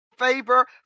Favor